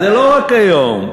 זה לא רק היום.